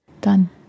Done